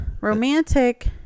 romantic